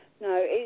No